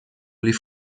les